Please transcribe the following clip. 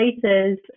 places